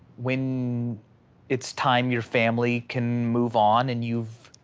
when it's time your family can move on and you've